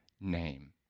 name